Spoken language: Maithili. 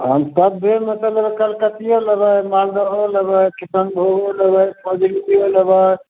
हम सबमेसँ लेबै कलकतिओ लेबै मालदहो लेबै किसनभोगो लेबै फजुलीओ लेबै